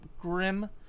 Grim